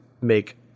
make